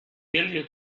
you